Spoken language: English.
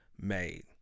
made